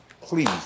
please